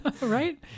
Right